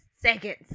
seconds